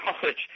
college